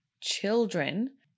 children